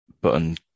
Button